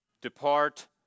Depart